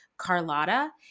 Carlotta